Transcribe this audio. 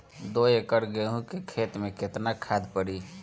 दो एकड़ गेहूँ के खेत मे केतना खाद पड़ी?